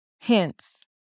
Hence